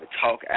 talk